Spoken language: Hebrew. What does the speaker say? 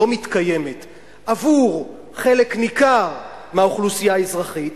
לא מתקיימת עבור חלק ניכר מהאוכלוסייה האזרחית,